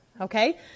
okay